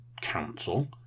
council